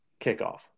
kickoff